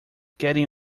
getting